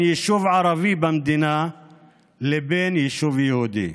יישוב ערבי במדינה לבין יישוב יהודי,